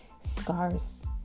scars